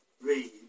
read